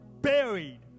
buried